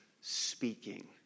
speaking